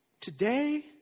Today